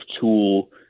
tool